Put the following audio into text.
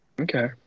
Okay